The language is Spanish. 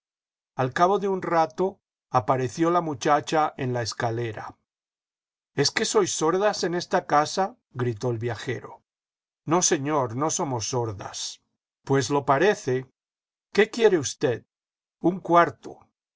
al cabo de un rato apareció la muchacha en la escalera es que sois sordas en esta casa gritó el viajero no señor no somos sordas pues lo parece ciqué quiere usted un cuarto